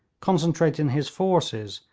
concentrating his forces,